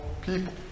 people